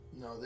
No